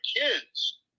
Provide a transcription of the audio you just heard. kids